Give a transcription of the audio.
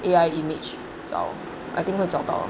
A_I image 找 I think 会找到